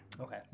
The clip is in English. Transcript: Okay